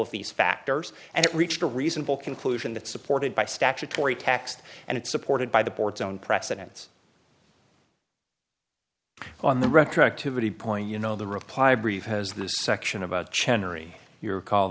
of these factors and it reached a reasonable conclusion that supported by statutory taxed and it's supported by the board's own precedents on the retroactivity point you know the reply brief has this section about chen or your call